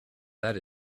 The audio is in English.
that